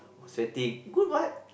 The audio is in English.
sweating good what